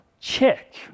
Check